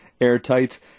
airtight